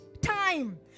time